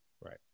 Right